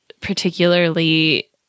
particularly